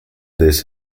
this